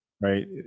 right